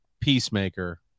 Peacemaker